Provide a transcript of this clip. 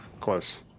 Close